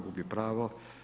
Gubi pravo.